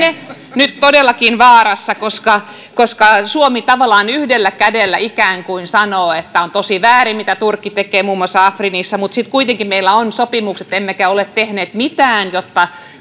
nyt todellakin vaarassa koska koska suomi tavallaan yhdellä kädellä ikään kuin sanoo että on tosi väärin mitä turkki tekee muun muassa afrinissa mutta sitten kuitenkin meillä on sopimukset emmekä ole tehneet mitään jotta